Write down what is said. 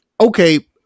Okay